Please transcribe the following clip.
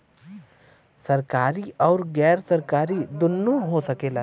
सरकारी आउर गैर सरकारी दुन्नो हो सकेला